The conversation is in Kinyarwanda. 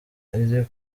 iri